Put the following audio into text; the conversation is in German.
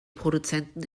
produzenten